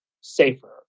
safer